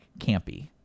campy